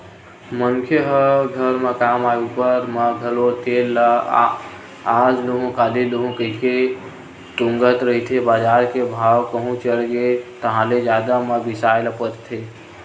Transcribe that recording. मनखे ह घर म काम आय ऊपर म घलो तेल ल आज लुहूँ काली लुहूँ कहिके तुंगत रहिथे बजार के भाव कहूं चढ़गे ताहले जादा म बिसाय ल परथे